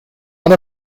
one